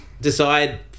decide